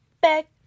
back